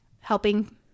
helping